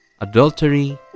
adultery